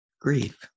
grief